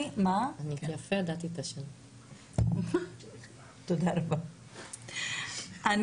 אני